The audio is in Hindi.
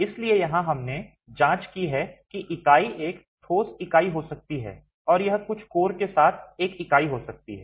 इसलिए यहां हमने जांच की है कि इकाई एक ठोस इकाई हो सकती है यह कुछ कोर के साथ एक इकाई हो सकती है